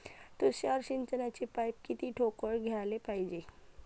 तुषार सिंचनाचे पाइप किती ठोकळ घ्याले पायजे?